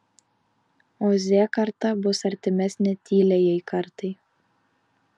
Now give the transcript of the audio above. o z karta bus artimesnė tyliajai kartai